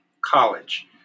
college